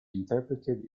interpreted